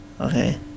okay